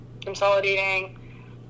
consolidating